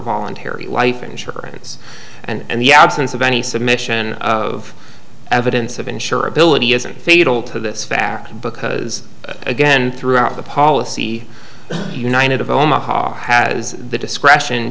voluntary life insurance and the absence of any submission of evidence of insurability isn't fatal to this fact because again throughout the policy united of omaha has the discretion